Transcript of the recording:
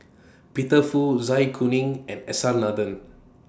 Peter Fu Zai Kuning and S R Nathan